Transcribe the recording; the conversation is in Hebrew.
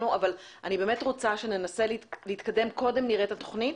אבל אני רוצה שננסה להתקדם ולכן קודם נראה את התכנית